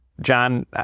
john